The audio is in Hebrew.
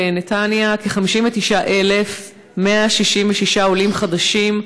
בנתניה יש כ-59,166 עולים חדשים,